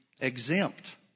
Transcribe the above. exempt